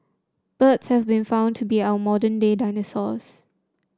birds have been found to be our modern day dinosaurs